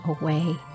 away